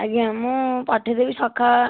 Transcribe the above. ଆଜ୍ଞା ମୁଁ ପଠେଇଦେବି ସକା